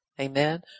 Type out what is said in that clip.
Amen